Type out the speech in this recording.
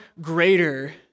greater